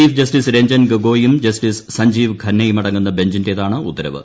chief justice Ranjan ഗൊഗോയും justice സജ്ജീവ് ഖന്നയുമടങ്ങുന്ന ബഞ്ചിന്റേതാണ് ഉത്തരവ്